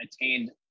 attained